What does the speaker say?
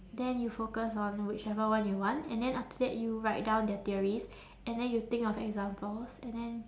then you focus on whichever one you want and then after that you write down their theories and then you think of examples and then